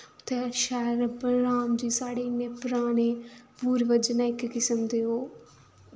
ते शैल प्रभु राम जी साढ़े इन्ने पराने पूर्वज न इक किसम दे ओह्